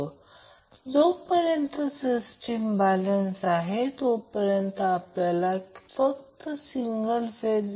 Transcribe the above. तर अगदी त्याचप्रमाणे सुपरइम्पोज करा आणि फक्त फेसर आकृती काढा